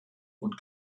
und